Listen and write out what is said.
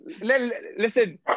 Listen